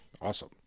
Awesome